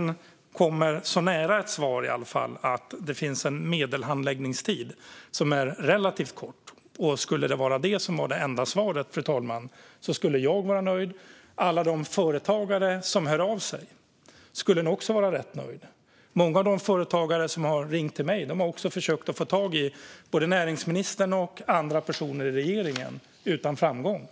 i alla fall kom nära svaret att det finns en medelhandläggningstid som är relativt kort och om det skulle vara det enda svaret, fru talman, skulle jag vara nöjd, och alla de företagare som hör av sig skulle nog också vara rätt nöjda. Många av de företagare som har ringt till mig har också försökt få tag i näringsministern och andra personer i regeringen, utan framgång.